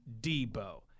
Debo